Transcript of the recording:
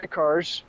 cars